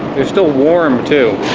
it's still warm too